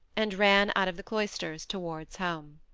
and ran out of the cloisters towards home.